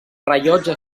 rellotge